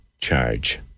charge